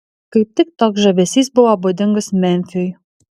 kaip tik toks žavesys buvo būdingas memfiui